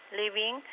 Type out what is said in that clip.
living